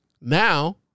now